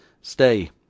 Stay